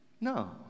No